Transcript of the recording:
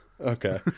Okay